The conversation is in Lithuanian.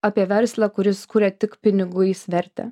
apie verslą kuris kuria tik pinigais vertę